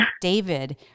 David